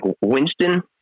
Winston